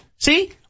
See